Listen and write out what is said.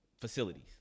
facilities